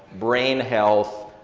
brain health,